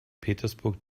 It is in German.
petersburg